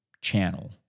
channel